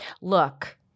look